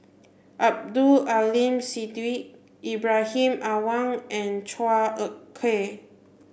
Abdul Aleem Siddique Ibrahim Awang and Chua Ek Kay